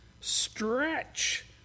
stretch